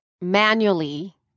manually